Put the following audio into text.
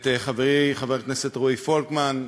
את חברי חבר הכנסת רועי פולקמן,